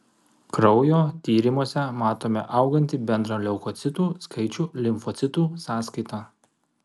kraujo tyrimuose matome augantį bendrą leukocitų skaičių limfocitų sąskaita